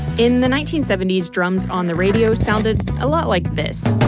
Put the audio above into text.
in the nineteen seventy s, drums on the radio sounded a lot like this